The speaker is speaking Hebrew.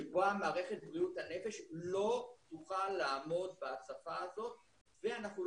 שבה מערכת בריאות הנפש לא תוכל לעמוד בהצפה הזאת ולא